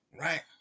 Right